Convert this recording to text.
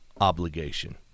obligation